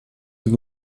zur